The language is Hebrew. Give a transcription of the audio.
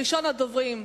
ראשון הדוברים,